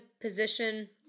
position